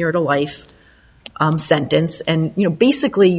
year to life sentence and you know basically